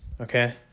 okay